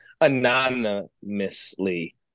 anonymously